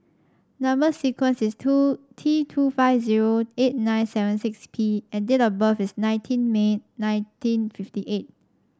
number sequence is two T two five zero eight nine seven six P and date of birth is nineteen May nineteen fifty eight